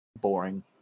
boring